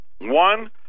one